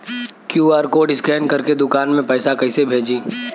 QR code scan करके दुकान में पैसा कइसे भेजी?